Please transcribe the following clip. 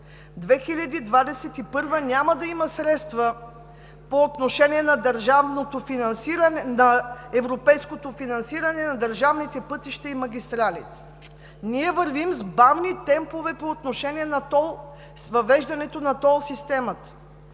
2021 г. няма да има средства по отношение на европейското финансиране на държавните пътища и магистралите, ние вървим с бавни темпове по отношение на въвеждането